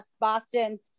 Boston